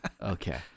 Okay